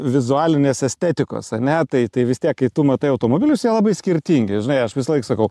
vizualinės estetikos ane tai tai vis tiek kai tu matai automobilius jie labai skirtingi žinai aš visąlaik sakau